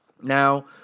Now